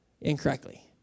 incorrectly